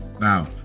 Now